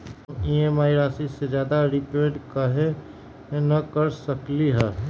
हम ई.एम.आई राशि से ज्यादा रीपेमेंट कहे न कर सकलि ह?